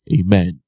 amen